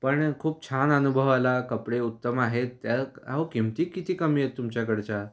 पण खूप छान अनुभव आला कपडे उत्तम आहेत त्या अहो किमती किती कमी आहेत तुमच्याकडच्या